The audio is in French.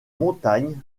montagnes